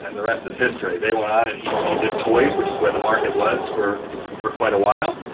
and the rest is history. they went out and he he did toys, which is where the market was for for quite a while.